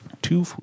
two